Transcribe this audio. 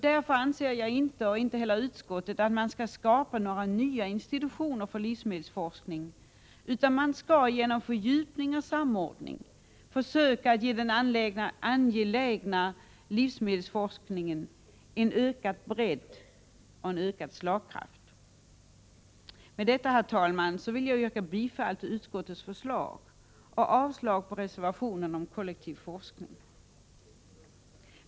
Därför anser inte jag, och inte heller utskottsmajoriteten, att man skall skapa nya institutioner för livsmedelsforskning, utan man skall genom fördjupning och samordning söka ge den angelägna livsmedelsforskningen en ökad bredd och slagkraft. Herr talman! Med detta yrkar jag bifall till utskottets förslag och avslag på reservationen om kollektiv forskning.